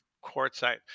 quartzite